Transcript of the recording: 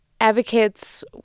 advocates